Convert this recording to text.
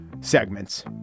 segments